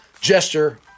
gesture